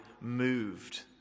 moved